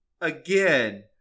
again